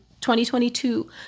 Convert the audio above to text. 2022